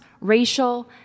racial